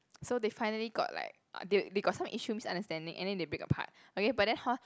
so they finally got like uh they they got like some issue misunderstanding and then they break apart okay but then hor